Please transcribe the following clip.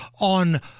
on